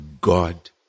God